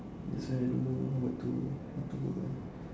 that's why I don't know what to what to work ah